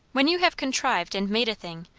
when you have contrived and made a thing,